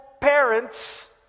parents